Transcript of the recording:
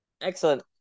excellent